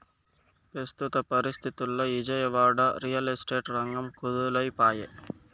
పెస్తుత పరిస్తితుల్ల Vijayawada, real estate రంగం కుదేలై పాయె